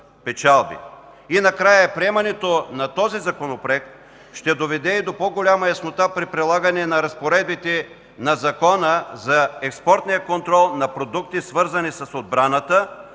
И накрая, приемането на този законопроект ще доведе до по-голяма яснота при прилагане на разпоредбите на Закона за експортния контрол на продукти, свързани с отбраната,